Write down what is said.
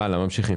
ממשיכים.